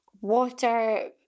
water